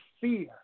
fear